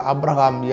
Abraham